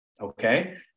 okay